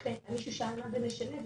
מישהו שאל מה זה משנה.